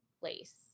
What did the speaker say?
place